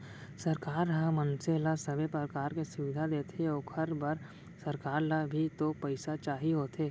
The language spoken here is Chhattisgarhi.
सरकार ह मनसे ल सबे परकार के सुबिधा देथे ओखर बर सरकार ल भी तो पइसा चाही होथे